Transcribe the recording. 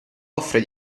offre